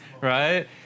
right